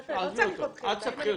אל תסבכי אותה.